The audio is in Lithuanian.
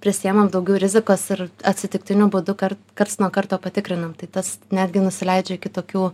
prisiimam daugiau rizikos ir atsitiktiniu būdu kar karts nuo karto patikrinam tai tas netgi nusileidžia iki tokių